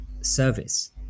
service